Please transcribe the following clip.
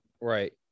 Right